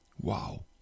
Wow